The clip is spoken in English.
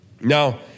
Now